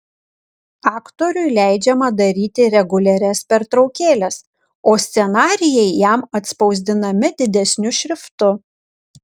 aktoriui leidžiama daryti reguliarias pertraukėles o scenarijai jam atspausdinami didesniu šriftu